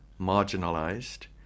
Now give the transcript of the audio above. marginalized